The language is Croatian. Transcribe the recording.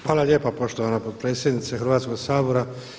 Hvala lijepa poštovana potpredsjednice Hrvatskoga sabora.